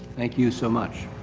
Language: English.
thank you so much.